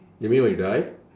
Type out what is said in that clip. you mean when you die